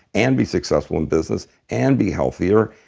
and be successful in business, and be healthier,